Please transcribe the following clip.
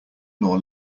nor